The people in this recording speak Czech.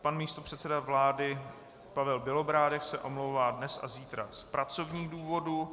Pan místopředseda vlády Pavel Bělobrádek se omlouvá dnes a zítra z pracovních důvodů.